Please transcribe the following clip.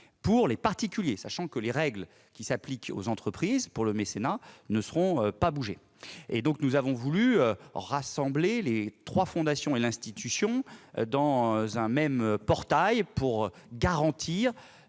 1 000 euros, sachant que les règles s'appliquant aux entreprises pour le mécénat restent inchangées. À cet égard, nous avons voulu rassembler les trois fondations et l'institution dans un même portail pour garantir